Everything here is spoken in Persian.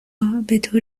بطور